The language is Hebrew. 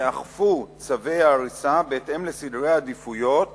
ייאכפו צווי ההריסה בהתאם לסדרי העדיפויות